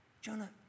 Jonah